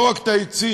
לא רק את העצים,